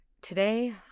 Today